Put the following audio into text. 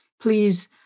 Please